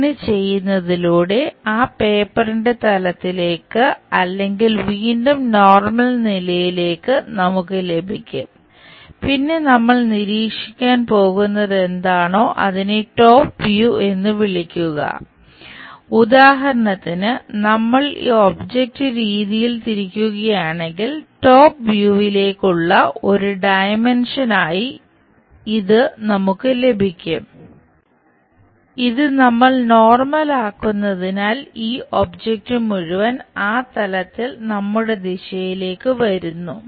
അങ്ങനെ ചെയ്യുന്നതിലൂടെ ആ പേപ്പറിന്റെ തലത്തിലേക്ക് അല്ലെങ്കിൽ വീണ്ടും നോർമൽ ആക്കുന്നതിനാൽ ഈ ഒബ്ജക്റ്റ് മുഴുവൻ ആ തലത്തിൽ നമ്മുടെ ദിശയിലേക്ക് വരുന്നു